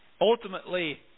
ultimately